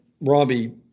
Robbie